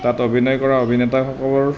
তাত অভিনয় কৰা অভিনেতাসকলৰ